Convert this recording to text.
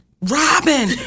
Robin